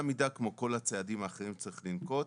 מידה כמו כל הצעדים האחרים שצריך לנקוט,